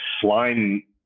slime